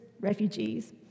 refugees